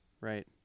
right